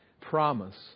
promise